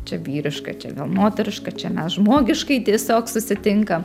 čia vyriška čia gal moteriška čia mes žmogiškai tiesiog susitinkam